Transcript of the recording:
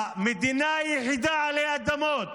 המדינה היחידה עלי אדמות